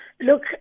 Look